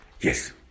Yes